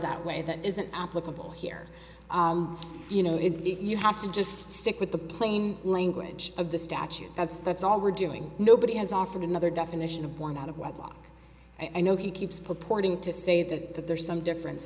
that way that isn't applicable here you know if you have to just stick with the plain language of the statute that's that's all we're doing nobody has offered another definition of one out of wedlock i know he keeps purporting to say that that there's some differen